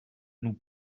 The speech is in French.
nous